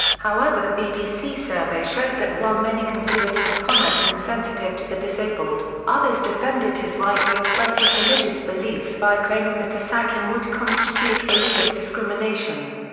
however the bbc survey showed that while many considered his comments insensitive to the disabled, others defended his right to express his religious beliefs by claiming that to sack him would constitute religious discrimination.